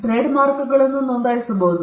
ಟ್ರೇಡ್ಮಾರ್ಕ್ಗಳನ್ನು ನೋಂದಾಯಿಸಲಾಗಿದೆ